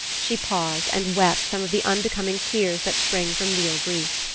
she paused, and wept some of the unbecoming tears that spring from real grief.